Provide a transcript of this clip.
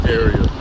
area